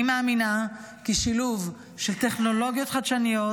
אני מאמינה כי שילוב של טכנולוגיות חדשניות